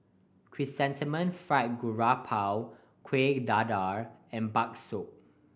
Chrysanthemum Fried Garoupa Kueh Dadar and bakso